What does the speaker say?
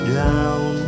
down